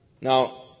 Now